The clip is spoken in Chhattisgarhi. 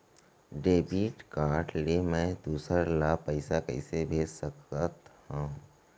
डेबिट कारड ले मैं दूसर ला पइसा कइसे भेज सकत हओं?